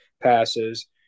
passes